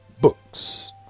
books